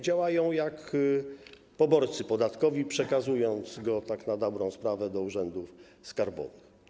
Działają jak poborcy podatkowi, przekazując go tak na dobrą sprawę do urzędów skarbowych.